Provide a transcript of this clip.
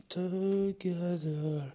together